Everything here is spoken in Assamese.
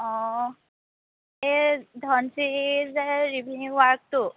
অঁ এ ধনচিৰিৰ যে ৰিভিনিউ ৱাকটো